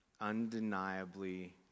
undeniably